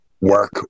work